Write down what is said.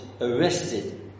arrested